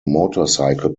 motorcycle